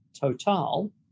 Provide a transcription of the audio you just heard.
Total